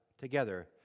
together